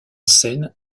scène